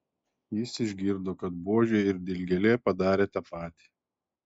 jis išgirdo kad buožė ir dilgėlė padarė tą patį